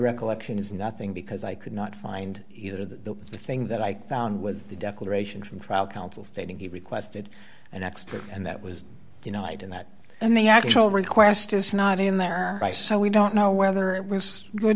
recollection is nothing because i could not find either the thing that i found was the declaration from trial counsel stating he requested an expert and that was you know i did that and the actual request is not in there by so we don't know whether it was good